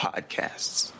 podcasts